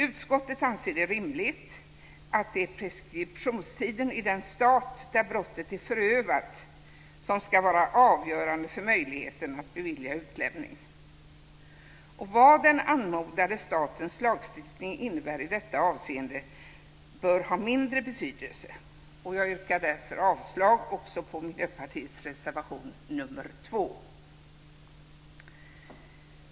Utskottet anser det rimligt att det är preskriptionstiden i den stat där brottet är förövat som ska vara avgörande för möjligheten att bevilja utlämning. Vad den anmodade statens lagstiftning innebär i detta avseende bör ha mindre betydelse. Jag yrkar därför avslag även på Miljöpartiets reservation nr 2.